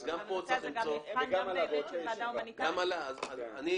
גם פה צריך למצוא --- הנושא הזה